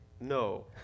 no